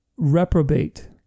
reprobate